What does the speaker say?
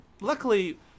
luckily